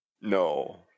No